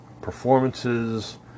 performances